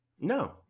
no